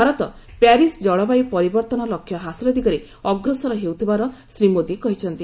Bharat Paris ଜଳବାୟୁ ପରିବର୍ଭନ ଲକ୍ଷ୍ୟ ହାସଲ ଦିଗରେ ଅଗ୍ରସର ହେଉଥିବାର ଶ୍ରୀ ମୋଦୀ କହିଛନ୍ତି